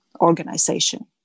organization